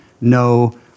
no